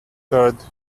heard